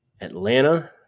Atlanta